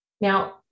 Now